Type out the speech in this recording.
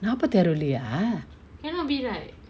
நாப்பத்தாறு வெள்ளியா:naapathaaru velliya